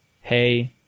hey